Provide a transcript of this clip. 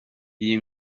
iyi